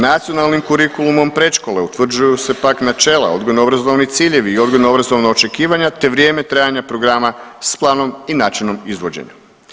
Nacionalnim kurikulumom predškole utvrđuju se pak, načela odgojno-obrazovni ciljevi i odgojno-obrazovno očekivanja te vrijeme trajanja programa s planom i načinom izvođenja.